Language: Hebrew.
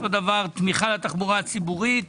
תמיכה בתחבורה הציבורית.